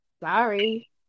Sorry